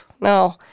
no